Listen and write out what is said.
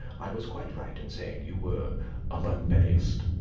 i was quite right in saying you were a bunburyist.